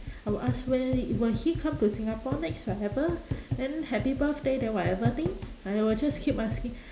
I will ask when will he come to singapore next whatever then happy birthday then whatever thing I will just keep asking